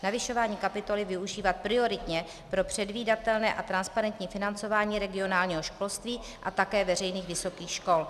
Navyšování kapitoly využívat prioritně pro předvídatelné a transparentní financování regionálního školství a také veřejných vysokých škol.